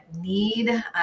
need